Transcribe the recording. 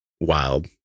wild